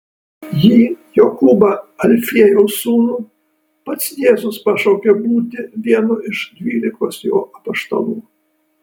jį jokūbą alfiejaus sūnų pats jėzus pašaukė būti vienu iš dvylikos jo apaštalų